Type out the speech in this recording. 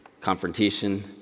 confrontation